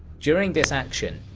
during this action,